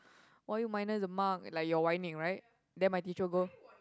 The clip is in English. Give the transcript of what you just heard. why you minus the mark like you're whining right then my teacher go